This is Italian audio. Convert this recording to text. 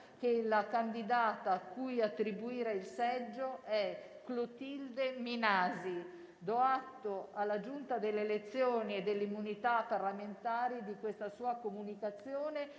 che la candidata a cui attribuire il seggio è Clotilde Minasi. Do atto alla Giunta delle elezioni e delle immunità parlamentari di questa sua comunicazione